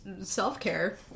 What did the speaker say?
self-care